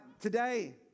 Today